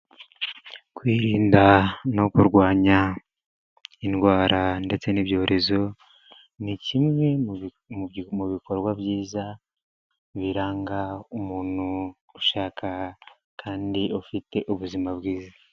Kwirinda no kurwanya indwara ndetse n'ibyorezo, ni kimwe mu bikorwa byiza biranga umuntu ushaka kandi ufite ubuzima bwiza.